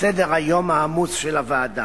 סדר-היום העמוס של הוועדה.